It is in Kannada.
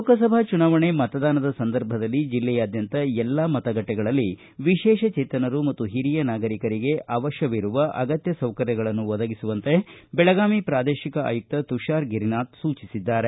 ಲೋಕಸಭಾ ಚುನಾವಣೆ ಮತದಾನದ ಸಂದರ್ಭದಲ್ಲಿ ಜಿಲ್ಲೆಯಾದ್ಯಂತ ಎಲ್ಲಾ ಮತಗಟ್ಟೆಗಳಲ್ಲಿ ವಿಶೇಷ ಚೇತನರು ಮತ್ತು ಹಿರಿಯ ನಾಗರಿಕರಿಗೆ ಅವಶ್ವವಿರುವ ಅಗತ್ಯ ಸೌಕರ್ಯಗಳನ್ನು ಒದಗಿಸುವಂತೆ ಬೆಳಗಾವಿ ಪ್ರಾದೇಶಿಕ ಆಯುಕ್ತ ತುಷಾರ ಗಿರಿನಾಥ ಸೂಚಿಸಿದ್ದಾರೆ